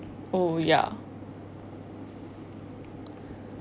oh ya